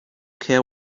care